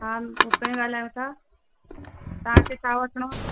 हा भुपेन ॻाल्हायो था तव्हांखे छा वठिणो आहे